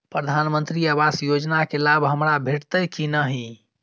प्रधानमंत्री आवास योजना केँ लाभ हमरा भेटतय की नहि?